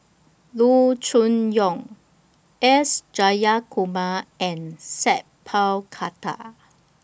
Loo Choon Yong S Jayakumar and Sat Pal Khattar